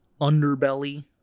underbelly